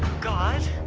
god?